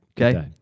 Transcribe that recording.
Okay